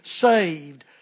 saved